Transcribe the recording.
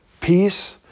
peace